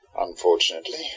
Unfortunately